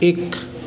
एक